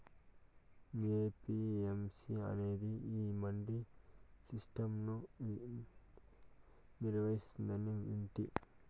APMC అనేది ఈ mandi system ను నిర్వహిస్తాందని వింటి